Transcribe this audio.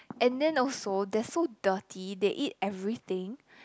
and then also they're so dirty they eat everything